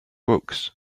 books